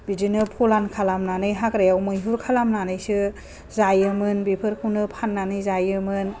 बिदिनो फलान खालामनानै हाग्रायाव मैहुर खालामनानैसो जायोमोन बेफोरखौनो फाननानै जायोमोन